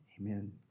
Amen